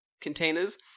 containers